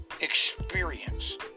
Experience